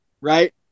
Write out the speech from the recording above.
right